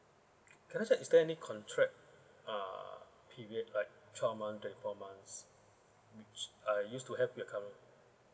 can I check is there any contract ah period like twelve month twenty four months which I used to have with the current